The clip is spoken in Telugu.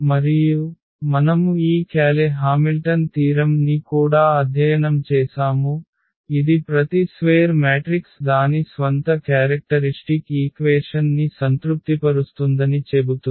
మరియు మనము ఈ క్యాలె హామిల్టన్ తీరం ని కూడా అధ్యయనం చేసాము ఇది ప్రతి స్వేర్ మ్యాట్రిక్స్ దాని స్వంత క్యారెక్టరిష్టిక్ ఈక్వేషన్ ని సంతృప్తిపరుస్తుందని చెబుతుంది